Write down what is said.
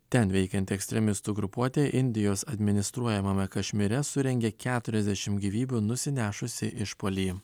ten veikianti ekstremistų grupuotė indijos administruojamame kašmyre surengė keturiasdešim gyvybių nusinešusį išpuolį